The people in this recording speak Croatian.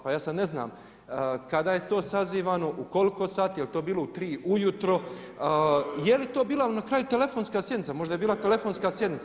Pa ja sad ne znam kada je to sazivano, u koliko sati, je li to bilo u 3 ujutro, je li to bila na kraju telefonska sjednica, možda je bila telefonska sjednica?